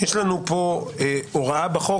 יש לנו פה הוראה בחוק